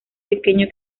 pequeño